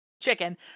chicken